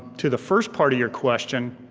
to the first part of your question,